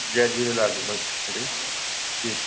जय झूलेलाल दी जी